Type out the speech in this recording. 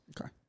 Okay